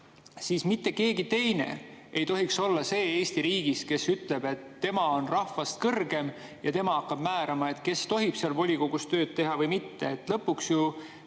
siis mitte keegi teine ei tohiks olla see Eesti riigis, kes ütleb, et tema on rahvast kõrgem ja tema hakkab määrama, kes tohib volikogus tööd teha ja kes mitte.